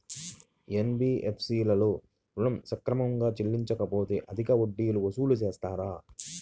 NBFC లలో ఋణం సక్రమంగా చెల్లించలేకపోతె అధిక వడ్డీలు వసూలు చేస్తారా?